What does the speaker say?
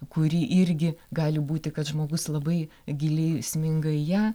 kuri irgi gali būti kad žmogus labai giliai sminga į ją